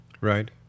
right